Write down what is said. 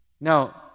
now